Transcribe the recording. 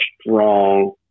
strong